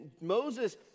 Moses